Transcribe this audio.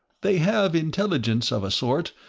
they have intelligence of a sort,